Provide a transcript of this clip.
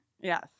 Yes